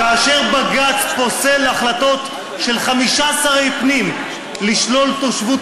כאשר בג"ץ פוסל החלטות של חמישה שרי פנים לשלול תושבות